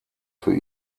für